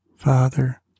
Father